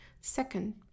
Second